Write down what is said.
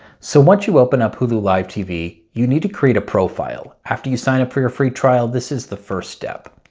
so once you open up hulu live tv you need to create a profile. after you sign up for your free trial this is the first step.